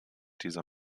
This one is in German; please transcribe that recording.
dieser